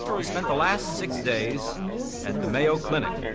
he spent the last six days at the mayo clinic.